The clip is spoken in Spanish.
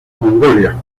mongolia